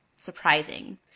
surprising